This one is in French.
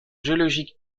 géologique